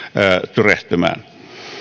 tyrehtymään